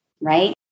right